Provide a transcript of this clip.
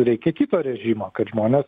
reikia kito režimo kad žmonės